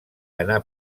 anà